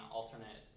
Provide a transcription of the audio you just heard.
alternate